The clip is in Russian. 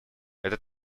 это